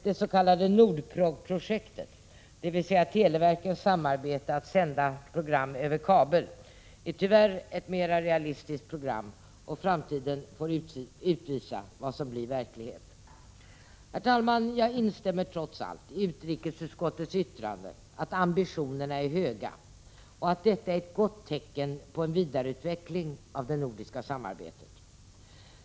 Det s.k. Nordprogprojektet, dvs. televerkens samarbete för att sända över kabel, är tyvärr ett mera realistiskt program, och framtiden får utvisa vad som blir verklighet. Herr talman! Jag instämmer trots allt i utrikesutskottets yttrande, att ambitionerna är höga och att detta är ett gott tecken på en vidareutveckling av det nordiska samarbetet.